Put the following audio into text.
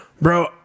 bro